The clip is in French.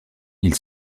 ils